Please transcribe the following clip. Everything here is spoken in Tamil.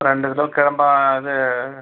ரெண்டு கிலோ குழம்பா இது